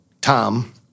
Tom